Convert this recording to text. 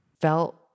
felt